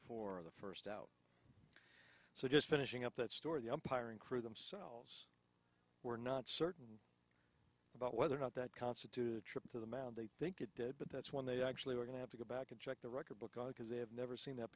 for the first out so just finishing up that story the umpiring crew themselves were not certain about whether or not that constitute trip to the mound they think it did but that's when they actually were going to have to go back and check the record books because they have never seen that